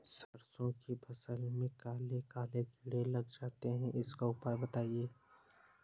सरसो की फसल में काले काले कीड़े लग जाते इसका उपाय बताएं?